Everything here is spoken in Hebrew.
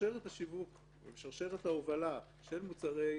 בשרשרת השיווק ובשרשרת ההובלה של מוצרי לול,